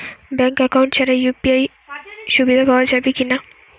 Bank account ছাড়া UPI সুবিধা পাওয়া যাবে কি না?